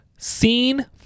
Scene